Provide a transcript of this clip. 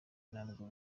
ntabwo